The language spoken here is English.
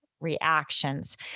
reactions